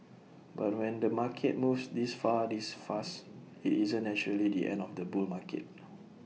but when the market moves this far this fast IT isn't naturally the end of the bull market